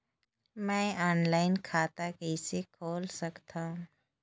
मैं ऑनलाइन खाता कइसे खोल सकथव?